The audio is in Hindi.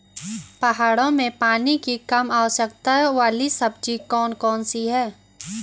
पहाड़ों में पानी की कम आवश्यकता वाली सब्जी कौन कौन सी हैं?